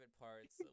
parts